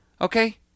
Okay